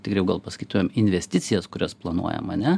tikriau gal pasakytumėm investicijas kurias planuojam ane